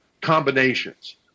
combinations –